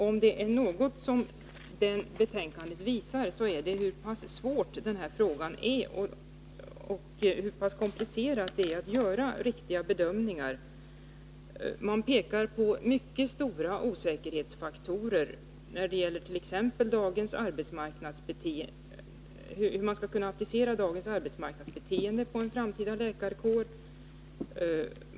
Om det betänkandet visar något, så är det hur pass svår den här frågan är och hur pass komplicerat det är att göra riktiga bedömningar. Man pekar på mycket stora osäkerhetsfaktorer när det gäller t.ex. hur man skall applicera dagens arbetsmarknadsbeteende på en framtida läkarkår.